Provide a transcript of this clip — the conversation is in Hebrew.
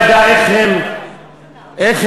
הנערות שלי לא באות עם כרסן בין שיניהן.